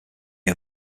are